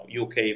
UK